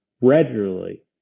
regularly